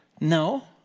No